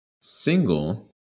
single